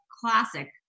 classic